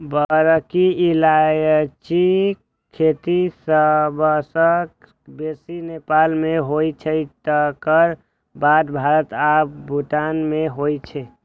बड़की इलायचीक खेती सबसं बेसी नेपाल मे होइ छै, तकर बाद भारत आ भूटान मे होइ छै